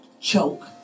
Choke